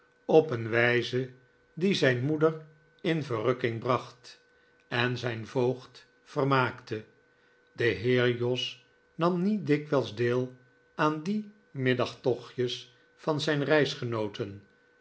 op een wijze die zijn moeder in verrukking bracht en zijn voogd vermaakte de heer jos nam niet dikwijls deel aan die middagtochtjes van zijn